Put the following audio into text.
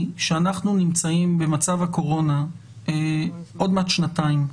שאנחנו נמצאים במצב הקורונה עוד מעט שנתיים,